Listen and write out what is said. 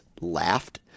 laughed